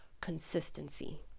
consistency